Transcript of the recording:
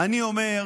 אני אומר